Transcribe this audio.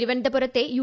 തിരുവനന്തപുരത്തെ യു